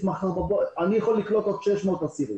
לקלוט עוד 600 אסירים.